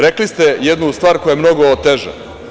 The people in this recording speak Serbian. Rekli ste jednu stvar koja je mnogo teža.